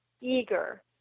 eager